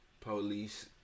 police